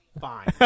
Fine